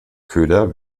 köder